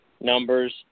Numbers